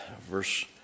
verse